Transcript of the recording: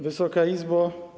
Wysoka Izbo!